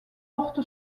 porte